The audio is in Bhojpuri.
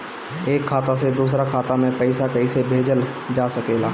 एक खाता से दूसरे खाता मे पइसा कईसे भेजल जा सकेला?